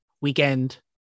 weekend